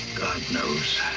knows.